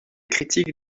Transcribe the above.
critiques